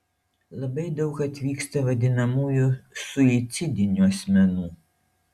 labai daug atvyksta vadinamųjų suicidinių asmenų